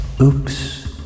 Oops